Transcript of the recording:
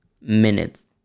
minutes